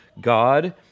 God